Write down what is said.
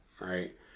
Right